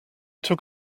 took